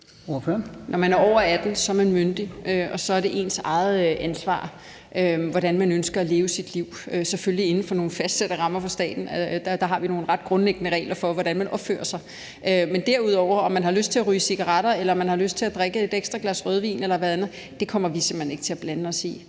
Når man er over 18 år, er man myndig, og så er det ens eget ansvar, hvordan man lever sit liv, selvfølgelig inden for nogle fastsatte rammer fra staten. Der har vi nogle ret grundlæggende regler for, hvordan man opfører sig. Men derudover vil jeg sige, at om man har lyst til at ryge cigaretter eller man har lyst til at drikke et ekstra glas rødvin eller andet, kommer vi simpelt hen ikke til at blande os i.